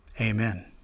Amen